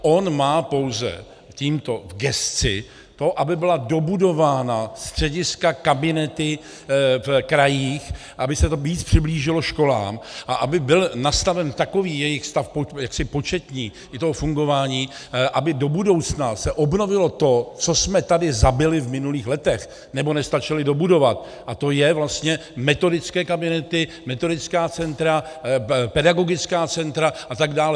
On má pouze tímto v gesci to, aby byla dobudována střediska, kabinety v krajích, aby se to víc přiblížilo školám a aby byl nastaven takový jejich početní stav i fungování, aby do budoucna se obnovilo to, co jsme tady zabili v minulých letech nebo nestačili dobudovat, a to jsou vlastně metodické kabinety, metodická centra, pedagogická centra atd.